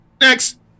next